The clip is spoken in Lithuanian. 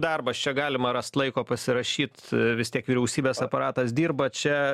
darbas čia galima rast laiko pasirašyt vis tiek vyriausybės aparatas dirba čia